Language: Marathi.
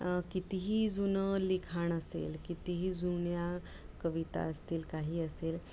कितीही जुनं लिखाण असेल कितीही जुन्या कविता असतील काही असेल